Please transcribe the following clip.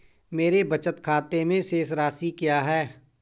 मेरे बचत खाते में शेष राशि क्या है?